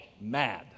mad